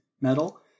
metal